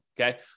okay